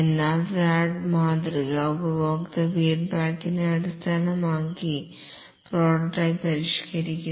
എന്നാൽ റാഡ് മാതൃക ഉപഭോക്തൃ ഫീഡ്ബാക്കിനെ അടിസ്ഥാനമാക്കി പ്രോട്ടോടൈപ്പ് പരിഷ്ക്കരിക്കുന്നു